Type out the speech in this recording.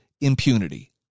impunity